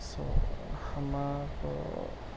سو ہمارا